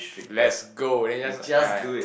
let's go then just ya